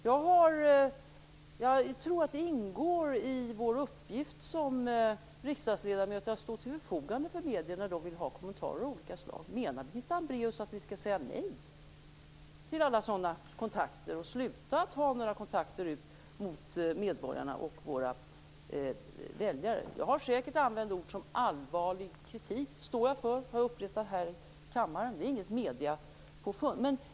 Jag tror att det ingår i vår uppgift som riksdagsledamöter att stå till förfogande för medier när de vill ha kommentarer av olika slag. Menar Birgitta Hambraeus att vi skall säga nej till alla sådana kontakter och sluta ha några kontakter ut mot medborgarna och våra väljare? Jag har säkert använt ord som "allvarlig kritik", och det står jag för. Det har jag upprepat här i kammaren. Det är inget mediepåfund.